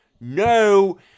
No